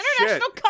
international